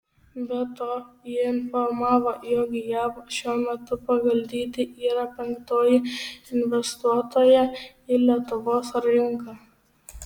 be to ji informavo jog jav šiuo metu pagal dydį yra penktoji investuotoja į lietuvos rinką